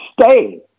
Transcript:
stay